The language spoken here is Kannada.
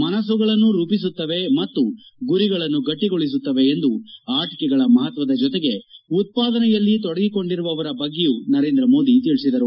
ಮನಸ್ಸುಗಳನ್ನು ರೂಪಿಸುತ್ತವೆ ಮತ್ತು ಗುರಿಗಳನ್ನು ಗಟ್ಟಗೊಳಿಸುತ್ತವೆ ಎಂದು ಆಟಕೆಗಳ ಮಹತ್ತದ ಜೊತೆಗೆ ಉತ್ಪಾದನೆಯಲ್ಲಿ ತೊಡಗಿಕೊಂಡಿರುವವರ ಬಗ್ಗೆಯೂ ನರೇಂದ್ರ ಮೋದಿ ತಿಳಿಸಿದರು